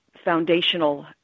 Foundational